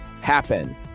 happen